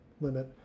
limit